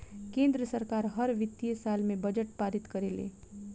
केंद्र सरकार हर वित्तीय साल में बजट पारित करेले